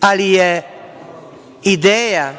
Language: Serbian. ali je ideja